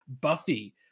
Buffy